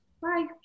Bye